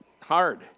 hard